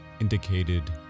indicated